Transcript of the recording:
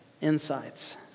insights